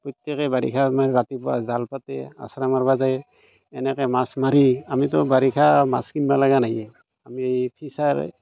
প্ৰত্যেকে বাৰিষা ৰাতিপুৱা জাল পাতি আচৰা মাৰিব যায় এনেকৈ মাছ মাৰি আমিতো বাৰিষা মাছ কিনিবলগা নায়েই আমি ফিচাৰী